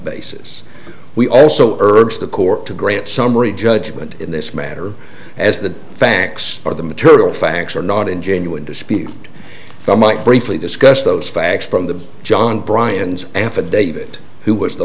basis we also urge the court to grant summary judgment in this matter as the facts are the material facts are not in genuine dispute i might briefly discuss those facts from the john brian's affidavit who was the